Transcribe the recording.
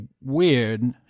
weird